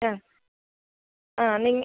ആ ആ നിങ്ങൾ